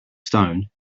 stone